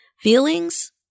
Feelings